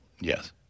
Yes